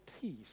peace